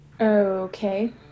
Okay